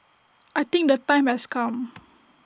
I think the time has come